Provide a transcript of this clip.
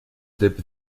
dip